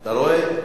אתה רואה?